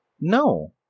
No